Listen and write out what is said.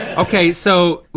okay so,